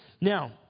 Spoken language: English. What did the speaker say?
Now